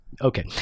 Okay